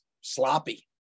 sloppy